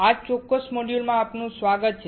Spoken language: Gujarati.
આ ચોક્કસ મોડ્યુલમાં આપનું સ્વાગત છે